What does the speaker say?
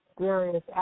various